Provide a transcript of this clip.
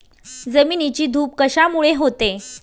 जमिनीची धूप कशामुळे होते?